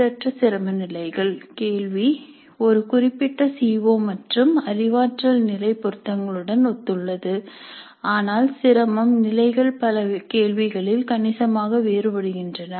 சீரற்ற சிரம நிலைகள் கேள்வி ஒரு குறிப்பிட்ட சிஓ மற்றும் அறிவாற்றல் நிலை பொருத்தங்களுடன் ஒத்துள்ளது ஆனால் சிரமம் நிலைகள் பல கேள்விகளில் கணிசமாக வேறுபடுகின்றன